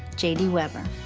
j d. weber.